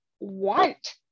want